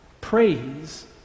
praise